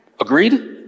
Agreed